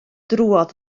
drwodd